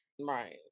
Right